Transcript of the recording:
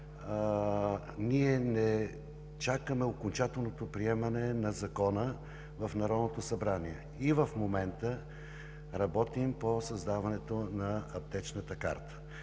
Ние не чакаме окончателното приемане на Закона в Народното събрание. И в момента работим по създаването на Аптечната карта,